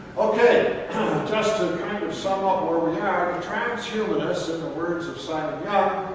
ok. just to sum up where we are, the transhumanists, in the words of simon young,